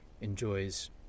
enjoys